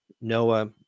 Noah